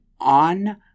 on